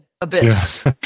abyss